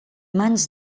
mans